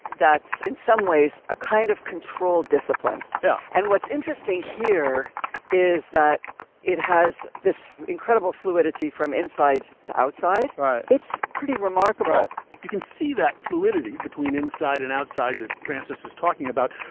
that's in some ways a kind of control discipline. yeah and what's interesting here is that it has this incredible fluidity from inside to outside. it's pretty remarkable you can see that fluidity between inside and outside that francis is talking about.